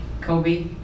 Kobe